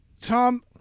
Tom